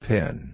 Pin